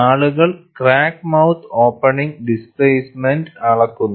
ആളുകൾ crack mouth opening displacement അളക്കുന്നു